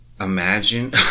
Imagine –